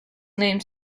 named